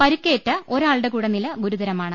പരിക്കേറ്റ ഒരാളുടെകൂടി നില ഗുരുതരമാണ്